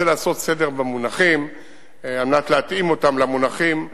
רוצה לעשות סדר במונחים על מנת להתאים אותם למונחים הבין-לאומיים.